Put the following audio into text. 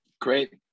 Great